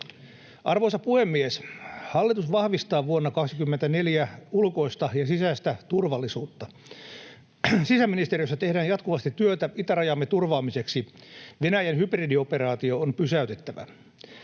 Arvoisa puhemies! Hallitus vahvistaa vuonna 24 ulkoista ja sisäistä turvallisuutta. Sisäministeriössä tehdään jatkuvasti työtä itärajamme turvaamiseksi. Venäjän hybridioperaatio on pysäytettävä.